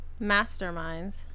masterminds